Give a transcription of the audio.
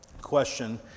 question